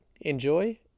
enjoy